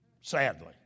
Sadly